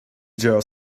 dare